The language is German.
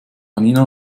janina